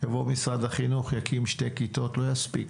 יבוא משרד החינוך, יקים שתי כיתות, לא יספיק.